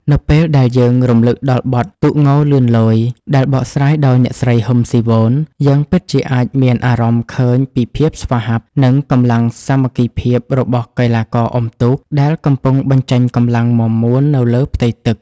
នៅពេលដែលយើងរំលឹកដល់បទ «ទូកងលឿនលយ» ដែលបកស្រាយដោយអ្នកស្រី ហ៊ឹម ស៊ីវន យើងពិតជាអាចមានអារម្មណ៍ឃើញពីភាពស្វាហាប់ និងកម្លាំងសាមគ្គីភាពរបស់កីឡាករអុំទូកដែលកំពុងបញ្ចេញកម្លាំងមាំមួននៅលើផ្ទៃទឹក។